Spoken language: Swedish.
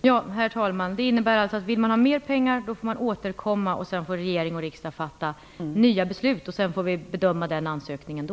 Herr talman! Det innebär alltså att man får återkomma om man vill ha mera pengar. Sedan får regering och riksdag fatta nya beslut och vi får bedöma ansökningen då.